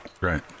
Right